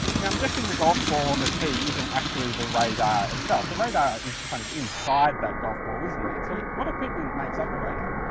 now i'm guessing the golf on and the tee isn't actually the radar itself. the radar is kind of inside that golf ball, isn't it? so what equipment makes up the radar?